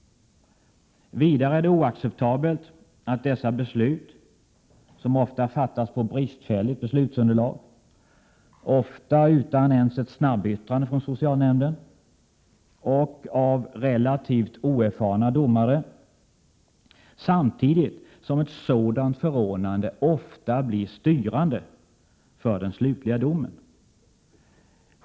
Vidare är det oacceptabelt att dessa beslut ofta fattas på bristfälligt beslutsunderlag, ofta utan ens ett snabbyttrande från socialnämnden och av relativt oerfarna domare, samtidigt som ett sådant förordnande ofta blir styrande för den slutliga domen.